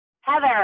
Heather